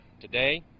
today